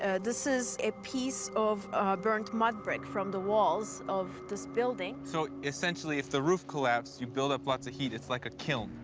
ah this is a piece of burnt mud brick from the walls of this building. so, essentially, if the roof collapsed, you'd build up lots of heat. it's like a kiln.